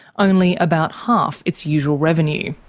only about half its usual revenue.